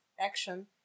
action